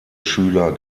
schüler